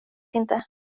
inte